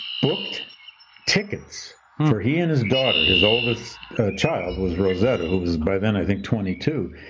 booked tickets for he and his daughter, his oldest child was rosetta who was by then i think twenty two.